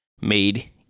made